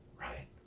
right